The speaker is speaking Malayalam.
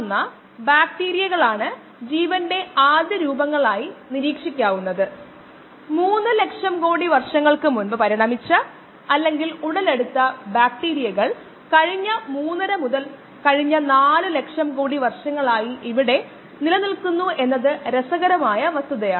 ഈ ഗ്രാഫ് നമ്മളോട് പറയുന്നത് പ്രായോഗിക കോശ സാന്ദ്രതയുടെ ലോഗരിതം ഇത് ഒരു ലോഗ് സ്കെയിലിലാണെന്ന് അറിയുക അതിനാൽ പ്രവർത്തനക്ഷമമായ കോശങ്ങളുടെ സാന്ദ്രത ശതമാനത്തിന്റെ അല്ലെങ്കിൽ ഒരു ഭിന്നസംഖ്യയുടെ ലോഗരിതം അതിന് താഴെയുള്ള ഭിന്നസംഖ്യയുടെ ശതമാനമാണെന്ന് നമുക്കറിയാം പ്രവർത്തനക്ഷമമായ കോശങ്ങളുടെ സാന്ദ്രതയുടെ ശതമാനം ഉയർന്ന താപനിലയിൽ എത്ര സമയം വയ്ക്കുന്നു എന്നുളത്തിനു നേർ അനുപാതം ആണ്